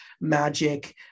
magic